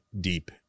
deep